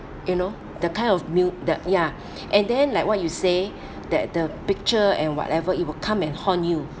you know the kind of mu~ the ya and then like what you say that the picture and whatever it will come and haunt you